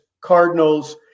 Cardinals